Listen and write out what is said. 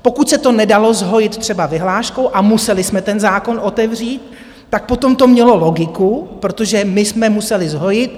Pokud se to nedalo zhojit třeba vyhláškou a museli jsme ten zákon otevřít, tak potom to mělo logiku, protože my jsme museli zhojit.